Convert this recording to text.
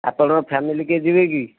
ଆପଣଙ୍କ ଫ୍ୟାମିଲି କିଏ ଯିବେ କି